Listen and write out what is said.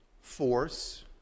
force